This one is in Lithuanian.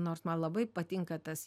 nors man labai patinka tas